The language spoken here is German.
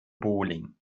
bowling